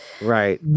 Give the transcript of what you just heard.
right